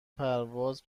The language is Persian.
پرواز